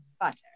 butter